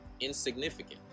insignificant